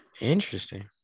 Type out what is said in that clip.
Interesting